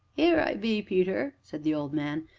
ere i be, peter, said the old man,